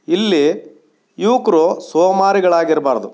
ಇಲ್ಲಿ ಯುವಕ್ರು ಸೋಮಾರಿಗಳಾಗಿರಬಾರ್ದು